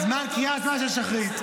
זמן קריאת שמע של שחרית.